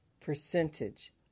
percentage